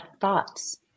thoughts